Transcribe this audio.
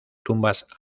tumbas